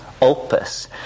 opus